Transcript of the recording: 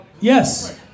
Yes